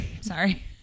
sorry